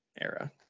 era